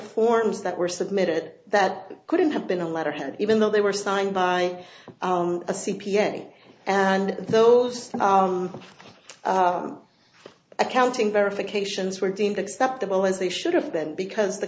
forms that were submitted that couldn't have been a letter and even though they were signed by a c p a and those accounting verifications were deemed acceptable as they should have been because the